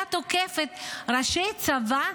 אתה תוקף את ראשי הצבא,